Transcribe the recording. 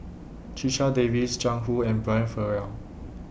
Checha Davies Jiang Hu and Brian Farrell